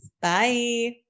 Bye